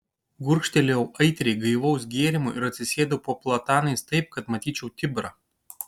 gurkštelėjau aitriai gaivaus gėrimo ir atsisėdau po platanais taip kad matyčiau tibrą